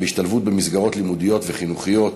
השתלבות במסגרות לימודיות וחינוכיות,